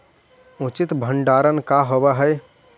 उचित भंडारण का होव हइ?